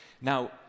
Now